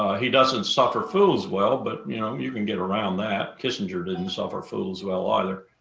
he doesn't suffer fools well, but you know, um you can get around that. kissinger didn't suffer fools well, either.